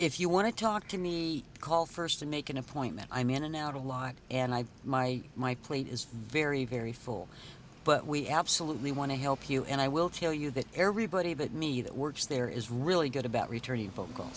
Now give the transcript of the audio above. if you want to talk to me call first and make an appointment i'm in and out a lot and i my my plate is very very full but we absolutely want to help you and i will tell you that everybody but me that works there is really good about returning